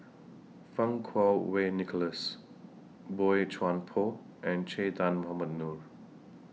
Fang Kuo Wei Nicholas Boey Chuan Poh and Che Dah Mohamed Noor